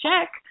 check